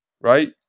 Right